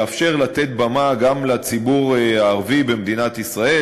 יאפשר לתת במה גם לציבור הערבי במדינת ישראל,